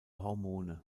hormone